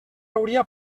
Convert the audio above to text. hauria